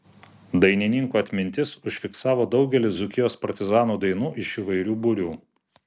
dainininko atmintis užfiksavo daugelį dzūkijos partizanų dainų iš įvairių būrių